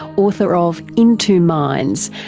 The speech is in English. author of in two minds,